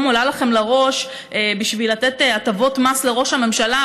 עולה לכם לראש בשביל לתת הטבות מס לראש הממשלה,